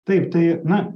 taip tai na